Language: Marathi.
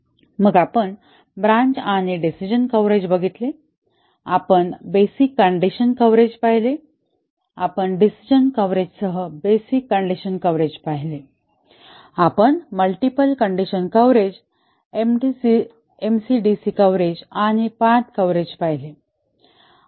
मग आपण ब्रान्च आणि डिसिजन कव्हरेज बघितले आपण बेसिक कंडिशन कव्हरेज पाहिले आपण डिसिजन कव्हरेजसह बेसिक कंडिशन पाहिले आपण multiple condition coverage MCDC coverage आणि पाथ कव्हरेज पाहिले